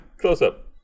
close-up